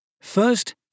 First